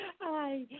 Hi